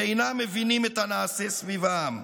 ואינם מבינים את הנעשה מסביב להם".